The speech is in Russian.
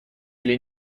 или